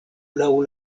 laŭ